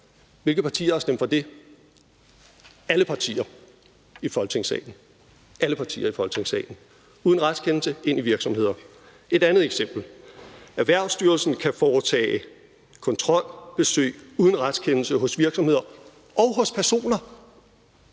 Hvilke partier har stemt for det? Alle partier i Folketingssalen! De kan uden retskendelse gå ind i virksomheder. Et andet eksempel er, at Erhvervsstyrelsen kan foretage kontrolbesøg uden retskendelse hos virksomheder og hos personer,